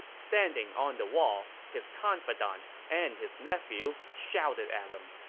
standing on the wall, his confidant and his nephew shouted at him,